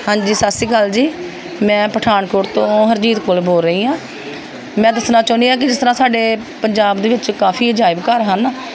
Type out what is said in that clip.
ਹਾਂਜੀ ਸਤਿ ਸ਼੍ਰੀ ਅਕਾਲ ਜੀ ਮੈਂ ਪਠਾਨਕੋਟ ਤੋਂ ਹਰਜੀਤ ਕੌਰ ਬੋਲ ਰਹੀ ਹਾਂ ਮੈਂ ਦੱਸਣਾ ਚਾਹੁੰਦੀ ਹਾਂ ਕਿ ਜਿਸ ਤਰ੍ਹਾਂ ਸਾਡੇ ਪੰਜਾਬ ਦੇ ਵਿੱਚ ਕਾਫੀ ਅਜਾਇਬ ਘਰ ਹਨ